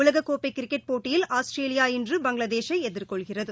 உலகக்கோப்பை கிரிக்கெட் போட்டியில் ஆஸ்திரேலியா இன்று பங்களாதேஷை எதிர்கொள்கிறது